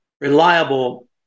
reliable